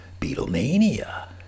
Beatlemania